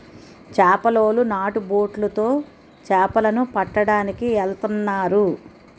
చేపలోలు నాటు బొట్లు తో చేపల ను పట్టడానికి ఎల్తన్నారు